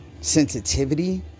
Sensitivity